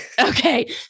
Okay